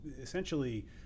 essentially